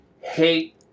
hate